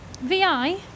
vi